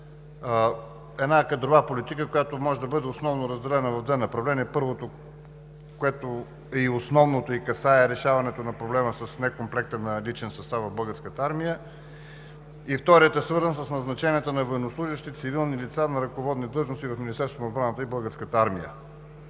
една кадрова политика, която може да бъде основно разделена в две направления. Първото, което е и основното, касае решаването на проблема с некомплекта на личния състав в Българската армия. Вторият е свързан с назначението на военнослужещи и цивилни лица на ръководни длъжности в Министерството на отбраната и Българската армия.